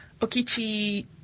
Okichi